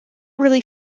really